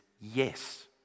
yes